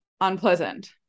unpleasant